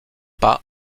pas